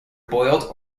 boiled